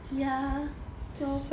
ya so